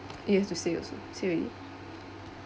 you have to say also say already